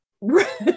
Right